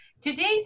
Today's